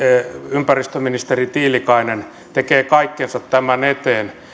ympäristöministeri tiilikainen tekee kaikkensa tämän eteen